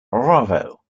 bravo